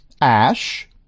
Ash